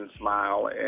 Smile